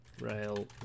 Rail